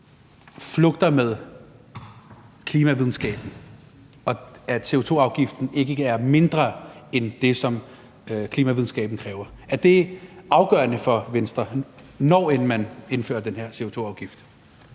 flugter med klimavidenskaben, og at CO2-afgiften ikke er mindre end det, som klimavidenskaben kræver? Er det afgørende for Venstre, når man indfører den her CO2-afgift?